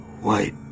White